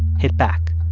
hit back.